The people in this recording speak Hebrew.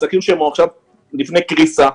עסקים שהם עכשיו לפני קריסה.